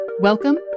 Welcome